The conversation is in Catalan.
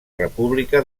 república